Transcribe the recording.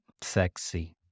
Sexy